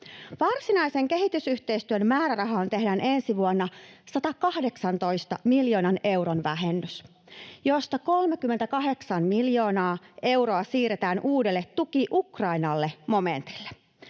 Varsinaisen kehitysyhteistyön määrärahaan tehdään ensi vuonna 118 miljoonan euron vähennys, josta 38 miljoonaa euroa siirretään uudelle ”Tuki Ukrainalle” ‑momentille.